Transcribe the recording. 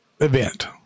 event